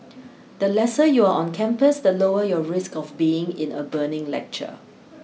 the lesser you are on campus the lower your risk of being in a burning lecture